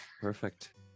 Perfect